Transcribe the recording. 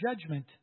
judgment